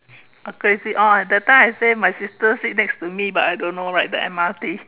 a crazy oh that time I say my sister sit next to me but I don't know right the M_R_T